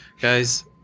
guys